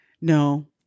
No